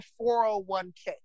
401k